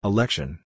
Election